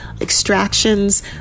extractions